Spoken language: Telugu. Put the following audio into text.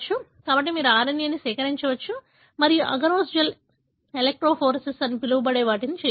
కాబట్టి మీరు RNA ను సేకరించవచ్చు మరియు అగరోస్ జెల్ ఎలెక్ట్రోఫోరేసిస్ అని పిలవబడే వాటిని చేయవచ్చు